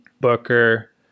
Booker